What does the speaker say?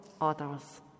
others